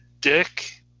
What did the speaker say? dick